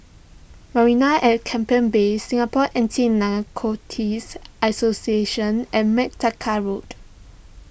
Marina at Keppel Bay Singapore Anti Narcotics Association and MacTaggart Road